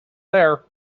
there